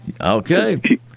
Okay